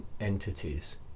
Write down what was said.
entities